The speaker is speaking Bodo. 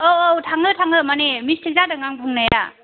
औ औ थाङो थाङो माने मिस्टेक जादों आं बुंनाया